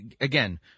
again